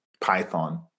Python